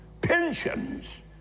pensions